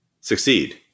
succeed